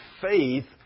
faith